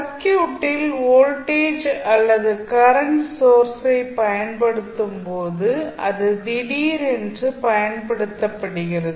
சர்க்யூட்டில் வோல்டேஜ் அல்லது கரண்ட் சோர்ஸை பயன்படுத்தும் போது அது திடீரென்று பயன்படுத்தப்படுகிறது